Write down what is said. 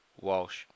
Walsh